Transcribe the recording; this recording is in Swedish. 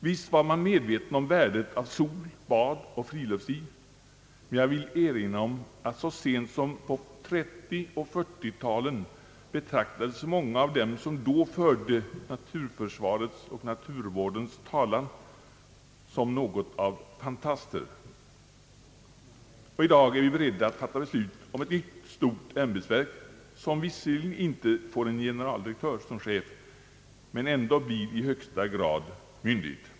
Visst var man medveten om värdet av sol, bad och friluftsliv, men jag vill erinra om att så sent som på 1930 och 1940-talen be traktades många av dem som då förde naturförsvarets och naturvårdens talan som något av fantaster. Och i dag är vi beredda att fatta beslut om ett nytt stort ämbetsverk, som visserligen inte får en generaldirektör som chef men ändå blir i högsta grad myndigt.